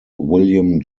william